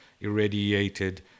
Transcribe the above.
irradiated